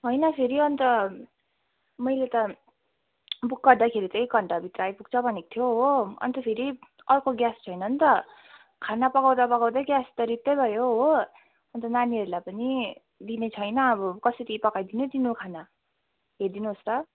होइन फेरि अन्त मैले त बुक गर्दाखेरि त एक घन्टाभित्र आइपुग्छ भनेको थियो हो अन्त फेरि अर्को ग्यास छैन नि त खाना पकाउँदा पकाउँदै ग्यास त रित्तै भयो हो अन्त नानीहरूलाई पनि दिने छैन अब कसरी पकाइदिनु दिनु खाना हेरिदिनु होस् त